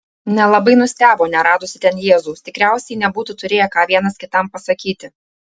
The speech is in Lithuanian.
nelabai nustebo neradusi ten jėzaus tikriausiai nebūtų turėję ką vienas kitam pasakyti